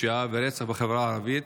פשיעה ורצח בחברה הערבית,